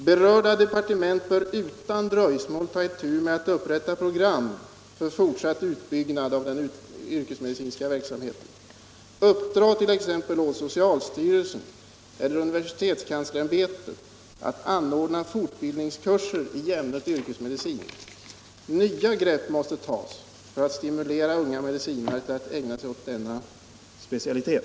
Berörda departement bör utan dröjsmål ta itu med att upprätta program för fortsatt utbyggnad av den yrkesmedicinska verksamheten. Uppdra t.ex. åt socialstyrelsen eller universitetskanslersämbetet att anordna fortbildningskurser i ämnet yrkesmedicin. Nya grepp måste tas för att stimulera unga medicinare att ägna sig åt denna specialitet.